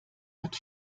hat